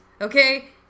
okay